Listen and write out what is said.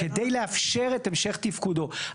כדי לאפשר את המשך תפקודו.